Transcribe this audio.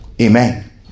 Amen